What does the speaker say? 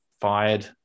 fired